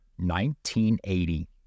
1980